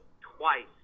twice